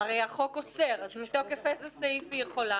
הרי החוק אוסר, אז מתוקף איזה סעיף היא יכולה?